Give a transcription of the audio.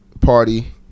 party